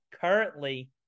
currently